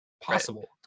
possible